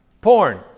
Porn